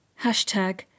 Hashtag